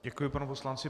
Děkuji panu poslanci.